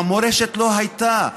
המורשת לא הייתה,